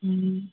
ம்